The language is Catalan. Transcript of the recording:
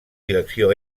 direcció